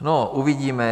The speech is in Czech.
No, uvidíme.